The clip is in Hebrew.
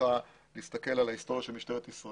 צריכה להסתכל על ההיסטוריה של משטרת ישראל,